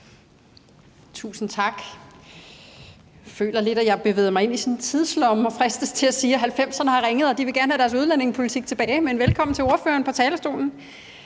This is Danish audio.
Tusind tak. Jeg føler lidt, at jeg har bevæget mig ind i sådan en tidslomme, og fristes til at sige, at 1990'erne har ringet, og at de gerne vil have deres udlændingepolitik tilbage, men velkommen til ordføreren på talerstolen.